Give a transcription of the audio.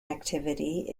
activity